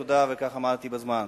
תודה, וכך עמדתי בזמן.